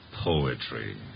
Poetry